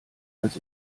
als